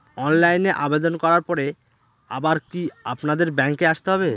অনলাইনে আবেদন করার পরে আবার কি আপনাদের ব্যাঙ্কে আসতে হবে?